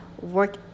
work